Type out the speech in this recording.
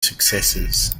successes